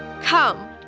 Come